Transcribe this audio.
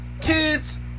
Kids